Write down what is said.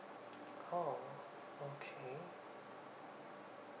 oh okay